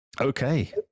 Okay